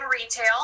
retail